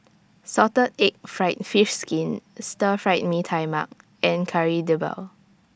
Salted Egg Fried Fish Skin Stir Fried Mee Tai Mak and Kari Debal